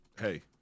hey